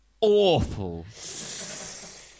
awful